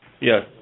Yes